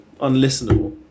Unlistenable